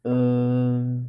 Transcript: um